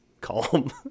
calm